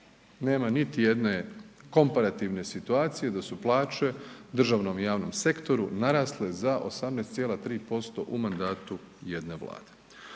nema niti jedne komparativne situacije da su plaće državnom i javnom sektoru narasle za 18,3% u mandatu jedne Vlade.